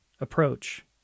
approach